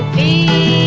a